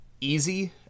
easy